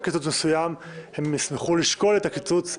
קיצוץ מסוים הם ישמחו לשקול את הקיצוץ,